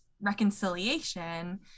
reconciliation